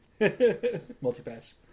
Multipass